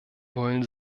wollen